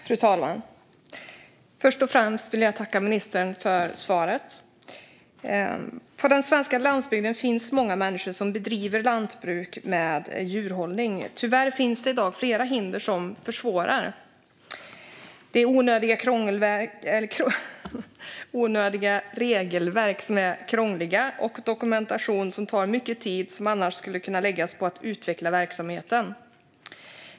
Fru talman! Först och främst vill jag tacka ministern för svaret. På den svenska landsbygden finns många människor som bedriver lantbruk med djurhållning. Tyvärr finns det i dag flera hinder som försvårar. Det är onödiga regelverk som är krångliga och dokumentation som tar mycket tid som annars skulle kunna läggas på att utveckla verksamheten.